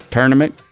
Tournament